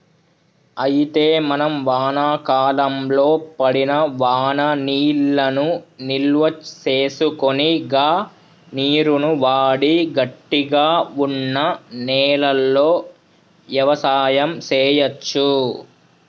అయితే మనం వానాకాలంలో పడిన వాననీళ్లను నిల్వసేసుకొని గా నీరును వాడి గట్టిగా వున్న నేలలో యవసాయం సేయచ్చు